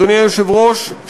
אדוני היושב-ראש,